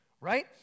Right